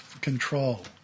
control